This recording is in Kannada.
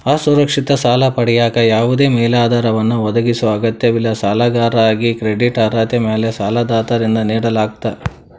ಅಸುರಕ್ಷಿತ ಸಾಲ ಪಡೆಯಕ ಯಾವದೇ ಮೇಲಾಧಾರವನ್ನ ಒದಗಿಸೊ ಅಗತ್ಯವಿಲ್ಲ ಸಾಲಗಾರಾಗಿ ಕ್ರೆಡಿಟ್ ಅರ್ಹತೆ ಮ್ಯಾಲೆ ಸಾಲದಾತರಿಂದ ನೇಡಲಾಗ್ತ